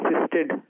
assisted